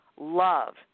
Love